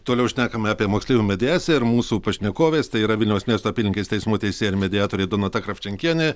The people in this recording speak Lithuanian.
toliau šnekame apie moksleivių mediaciją ir mūsų pašnekovės tai yra vilniaus miesto apylinkės teismo teisėja ir mediatorė donata kravčenkienė